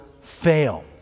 fail